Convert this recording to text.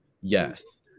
Yes